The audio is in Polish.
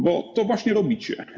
Bo to właśnie robicie.